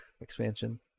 expansion